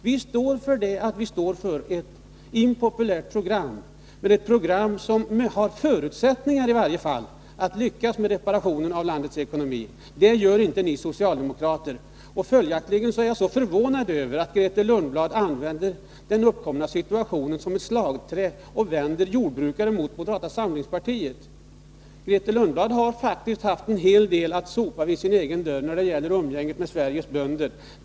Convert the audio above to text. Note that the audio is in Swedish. Vi står för vårt program trots att det som sagt är ett impopulärt sådant, men det är ett program som i varje fall har förutsättningar att lyckas med reparationen av landets ekonomi. Ni socialdemokrater lyckas däremot inte med det. Följaktligen är jag mycket förvånad över att Grethe Lundblad använder den uppkomna situationen som ett slagträ. Hon vänder jordbrukare mot moderata samlingspartiet. Grethe Lundblad har faktiskt själv haft en hel del att sopa bort framför egen dörr när det gäller umgänget med Sveriges bönder.